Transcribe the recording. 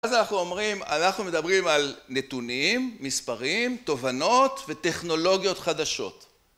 אז אנחנו אומרים, אנחנו מדברים על נתונים, מספרים, תובנות וטכנולוגיות חדשות.